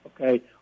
okay